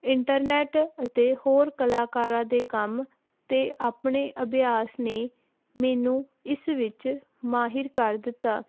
internet ਅਤੇ ਹੋਰ ਕਲਾਕਾਰਾਂ ਦੇ ਕੰਮ ਅਤੇ ਆਪਣੇ ਅਭਿਆਸ ਨੇ ਮੈਨੂੰ ਇਸ ਵਿੱਚ ਮਾਹਿਰ ਕਰ ਦਿੱਤਾ